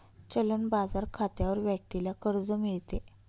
चलन बाजार खात्यावर व्यक्तीला कर्ज मिळते